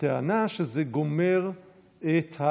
בטענה שזה גומר את,